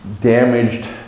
damaged